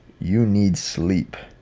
you need sleep.